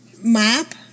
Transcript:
map